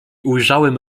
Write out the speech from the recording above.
ujrzałem